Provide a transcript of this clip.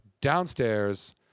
downstairs